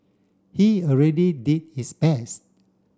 he already did his best